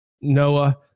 Noah